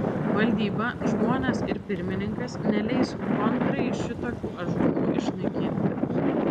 valdyba žmonės ir pirmininkas neleis kontrai šitokių ąžuolų išnaikinti